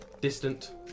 Distant